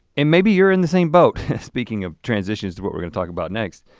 and maybe you're in the same boat, speaking of transitions to what we're gonna talk about next.